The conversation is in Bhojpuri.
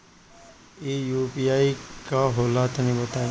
इ यू.पी.आई का होला तनि बताईं?